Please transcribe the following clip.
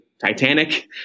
Titanic